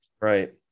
Right